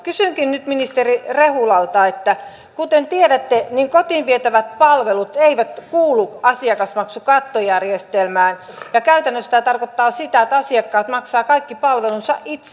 kysynkin nyt ministeri rehulalta että kuten tiedätte niin kotiin vietävät palvelut eivät kuulu asiakasmaksukattojärjestelmään ja käytännössä tämä tarkoittaa sitä että asiakkaat maksaa kaikki palvelunsa itse